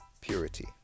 purity